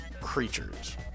creatures